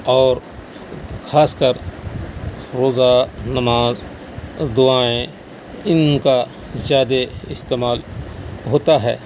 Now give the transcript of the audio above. اور خاص کر روزہ نماز دعائیں ان کا زیادہ استعمال ہوتا ہے